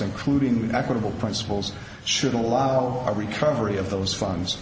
including the equitable principles should allow recovery of those funds